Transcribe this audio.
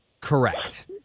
Correct